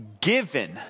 given